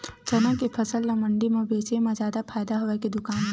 चना के फसल ल मंडी म बेचे म जादा फ़ायदा हवय के दुकान म?